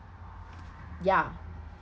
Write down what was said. ya